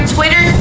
Twitter